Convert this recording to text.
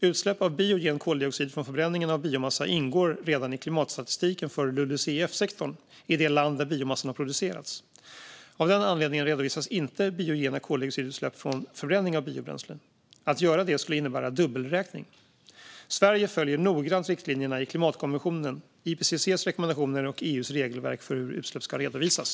Utsläpp av biogen koldioxid från förbränning av biomassa ingår redan i klimatstatistiken för LULUCF-sektorn i det land där biomassan har producerats. Av den anledningen redovisas inte biogena koldioxidutsläpp från förbränning av biobränsle. Att göra det skulle innebära dubbelräkning. Sverige följer noggrant riktlinjerna i klimatkonventionen, IPCC:s rekommendationer och EU:s regelverk för hur utsläpp ska redovisas.